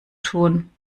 tun